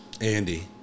Andy